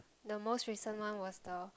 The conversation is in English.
the most recent one was the